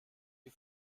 die